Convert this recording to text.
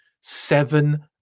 seven